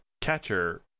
catcher